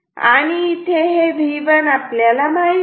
आणि इथे हे V1 माहित आहे